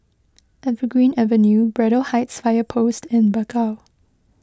Evergreen Avenue Braddell Heights Fire Post and Bakau